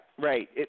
right